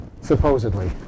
supposedly